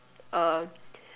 um